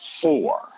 four